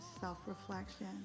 self-reflection